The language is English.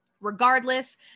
Regardless